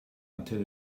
until